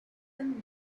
and